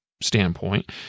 standpoint